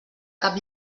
cap